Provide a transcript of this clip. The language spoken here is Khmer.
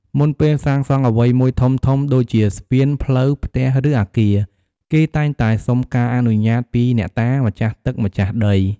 មុនពេលសាងសង់អ្វីមួយធំៗ ដូចជាស្ពាន ផ្លូវ ផ្ទះ ឬអគារ គេតែងតែសុំការអនុញ្ញាតពីអ្នកតា ម្ចាស់ទឹកម្ចាស់ដី។